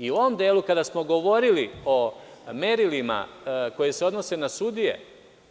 U ovom delu kada smo govorili o merilima koje se odnose na sudije,